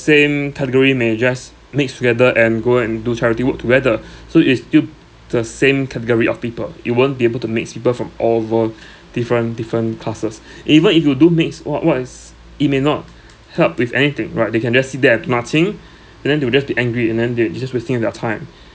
same category may just mix together and go and do charity work together so it's still the same category of people you won't be able to mix people from all over different different classes even if you do mix what what is it may not help with anything right they can just sit there at nothing and then they will just be angry and then they they are just wasting their time